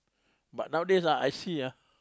but nowadays ah I see ah